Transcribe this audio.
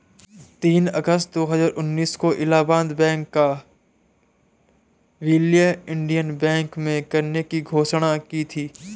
तीस अगस्त दो हजार उन्नीस को इलाहबाद बैंक का विलय इंडियन बैंक में करने की घोषणा की थी